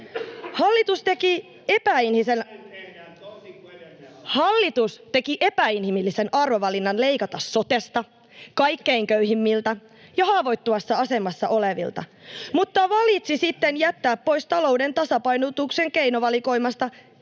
Hallitus teki epäinhimillisen arvovalinnan leikata sotesta, kaikkein köyhimmiltä ja haavoittuvassa asemassa olevilta mutta valitsi sitten jättää pois talouden tasapainotuksen keinovalikoimasta